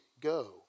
go